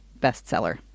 bestseller